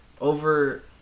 over